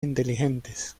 inteligentes